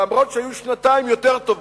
אף-על-פי שהיו שנתיים יותר טובות.